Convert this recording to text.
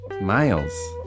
Miles